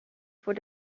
voor